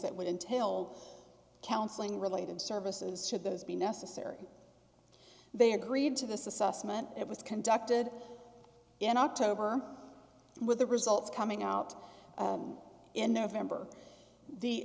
that would entail counseling related services should those be necessary they agreed to this assessment it was conducted in october with the results coming out in november the